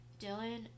Dylan